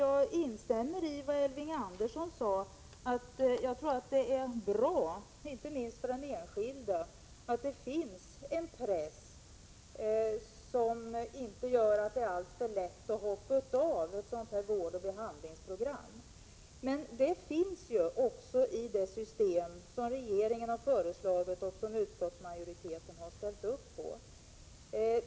Jag instämmer i vad Elving Andersson sade, nämligen att det är bra, inte minst för den enskilde, att det finns en press som innebär att det inte är alltför lätt att hoppa av ett vårdoch behandlingsprogram. Men det finns också i det system som regeringen har föreslagit och som utskottsmajoriteten stöder.